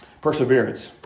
perseverance